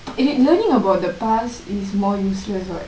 eh learningk about the past is more useless what